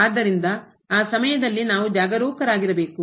ಆದ್ದರಿಂದ ಆ ಸಮಯದಲ್ಲಿ ನಾವು ಜಾಗರೂಕರಾಗಿರಬೇಕು